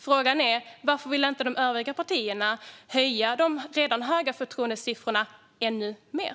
Frågan är varför övriga partier inte vill höja de redan höga förtroendesiffrorna ännu mer.